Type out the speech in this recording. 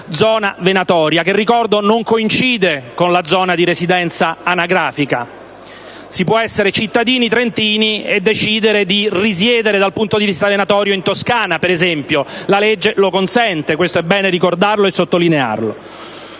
zona venatoria, che - lo ricordo - non coincide con la zona di residenza anagrafica: si può essere cittadini trentini e decidere di risiedere dal punto di vista venatorio in Toscana, per esempio; la legge lo consente, e questo è bene ricordarlo e sottolinearlo.